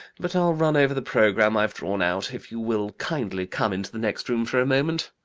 but i'll run over the programme i've drawn out, if you will kindly come into the next room for a moment.